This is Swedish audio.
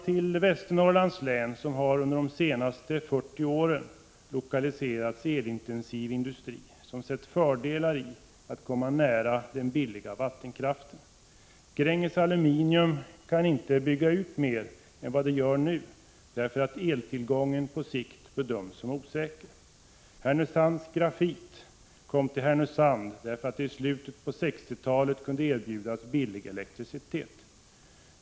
Till Västernorrlands län har under de senaste 40 åren lokaliserats elintensiv industri, som sett fördelar i att komma nära den billiga vattenkraften. Gränges Aluminium kan inte bygga ut mer än vad man gör nu, eftersom eltillgången på sikt bedöms som osäker. Härnösands Grafit kom till Härnösand därför att företaget i slutet på 1960-talet kunde erbjudas billig elektricitet.